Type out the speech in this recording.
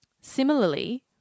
Similarly